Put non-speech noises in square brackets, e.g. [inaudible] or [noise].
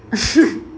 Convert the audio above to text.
[laughs]